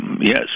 yes